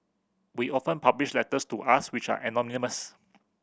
we often publish letters to us which are anonymous